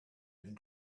and